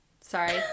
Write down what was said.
Sorry